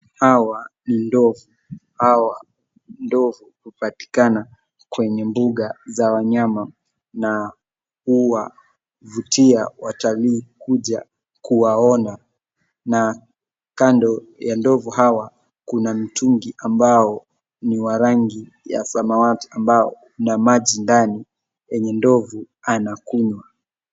Hawa ni ndovu, hawa ndovu upatikana kwenye bunga za wanyama na uwavutia watalii kuja kuwaona na kando ya ndovu hawa kuna mtungi ambao ni wa rangi ya samawati ambao una maji ndani yenye ndovu anakunywa.